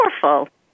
powerful